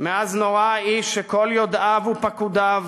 מאז נורה האיש שכל יודעיו ופקודיו